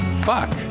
Fuck